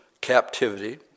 captivity